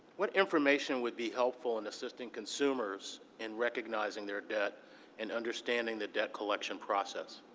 what information would be helpful in assisting consumers in recognizing their debt and understanding the debt collection process?